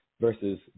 versus